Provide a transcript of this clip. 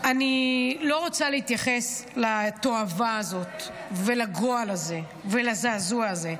אני לא רוצה להתייחס לתועבה הזאת ולגועל הזה ולזעזוע הזה,